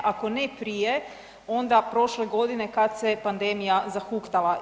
Ako ne prije, onda prošle godine kad se pandemija zahuktala.